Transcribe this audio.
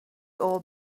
old